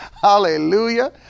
Hallelujah